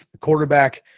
quarterback